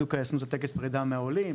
בדיוק עשינו את טקס הפרידה מהעולים,